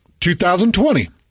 2020